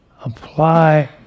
Apply